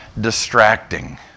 distracting